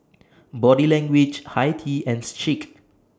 Body Language Hi Tea and Schick